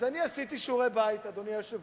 אז אני עשיתי שיעורי בית, אדוני היושב-ראש,